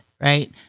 Right